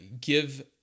give